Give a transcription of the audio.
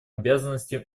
обязанностям